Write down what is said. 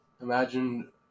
Imagine